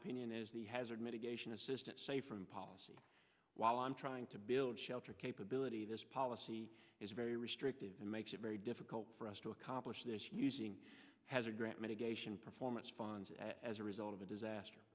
opinion is the hazard mitigation assistant say from policy while i'm trying to build shelter capability this policy is very restrictive and makes it very difficult for us to accomplish this using has a great medication performance funds as a result of a disaster